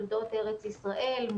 תולדות ארץ ישראל,